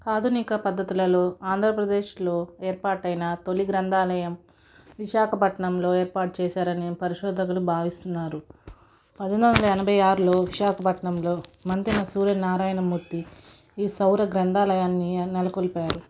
ఆధునిక పద్ధతులలో ఆంధ్రప్రదేశ్లో ఏర్పాటైన తొలి గ్రంథాలయం విశాఖపట్నంలో ఏర్పాటు చేశారని పరిశోధకులు భావిస్తున్నారు పంతొమ్మిది వందల ఎనభై ఆరులో విశాఖపట్నంలో మంతెన సూర్యనారాయణ మూర్తి ఈ సౌర గ్రంథాలయాన్ని నెలకొల్పారు